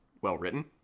well-written